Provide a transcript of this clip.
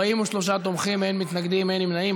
43 בעד, אין מתנגדים, אין נמנעים.